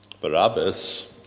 Barabbas